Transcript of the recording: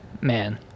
man